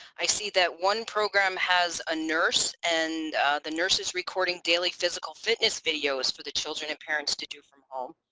i see that one program has a nurse and the nurse is recording daily physical fitness videos for the children and parents to do from home.